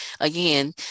again